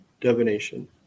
divination